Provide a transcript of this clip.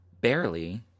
Barely